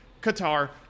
Qatar